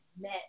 met